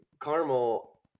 Caramel